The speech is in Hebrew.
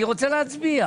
אני רוצה להצביע.